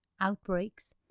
outbreaks